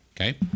Okay